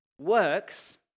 Works